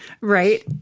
right